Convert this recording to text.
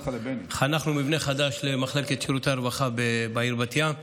חנכנו מבנה חדש למחלקת שירותי הרווחה בעיר בת ים,